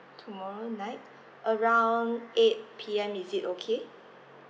tomorrow night around eight P_M is it okay